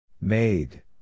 Made